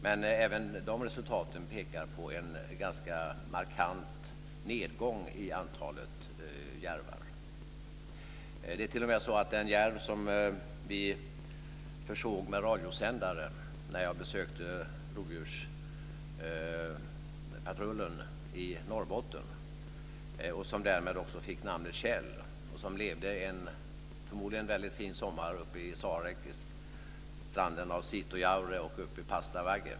Men även de resultaten pekar på en ganska markant nedgång i antalet järvar. När jag besökte rovdjurspatrullen i Norrbotten försåg vi en järv med radiosändare. Den fick därför namnet Kjell. Den levde förmodligen en fin sommar i Sarek vid stranden av Sitojaure och i Pastavagge.